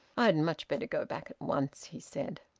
i'd much better go back at once, he said.